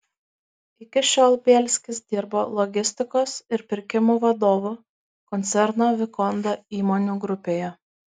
iki šiol bielskis dirbo logistikos ir pirkimų vadovu koncerno vikonda įmonių grupėje